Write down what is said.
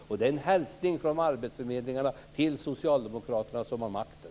Och det är en hälsning från arbetsförmedlingarna till socialdemokraterna som har makten.